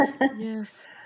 Yes